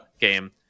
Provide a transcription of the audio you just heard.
game